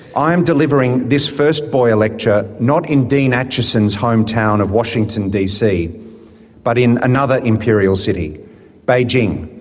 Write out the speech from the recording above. i am delivering this first boyer lecture not in dean acheson's home town of washington, dc, but in another imperial city beijing,